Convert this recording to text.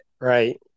right